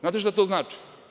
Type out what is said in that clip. Znate šta to znači?